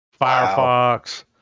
Firefox